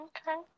Okay